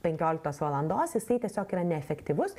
penkioliktos valandos jisai tiesiog yra neefektyvus